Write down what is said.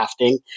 crafting